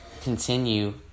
continue